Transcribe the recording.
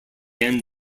end